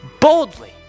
boldly